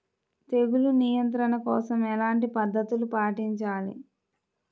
తెగులు నియంత్రణ కోసం ఎలాంటి పద్ధతులు పాటించాలి?